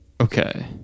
Okay